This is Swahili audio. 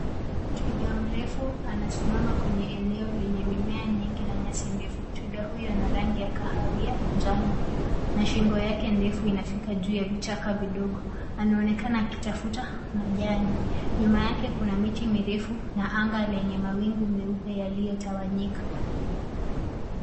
Twiga mrefu anasimama kwenye eneo lenye mimea mingi na nyasi ndefu. Twiga huyo ana rangi ya kahawia njano na shingo yake ndefu inafika juu ya vichaka vidogo. Anaonekana akitafuta majani. Nyuma yake kuna miti mirefu na anga lenye mawingu meupe yaliyotawanyika.